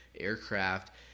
aircraft